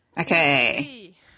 okay